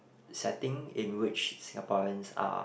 setting in which Singaporeans are